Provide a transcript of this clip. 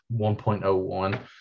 1.01